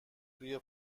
توی